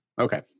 Okay